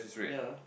ya